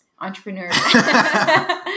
entrepreneur